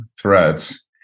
threats